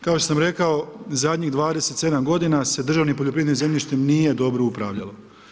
Kao što sam rekao, zadnjih 27 godina se državnim poljoprivrednim zemljištem nije dobro upravljalo.